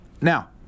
now